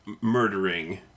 murdering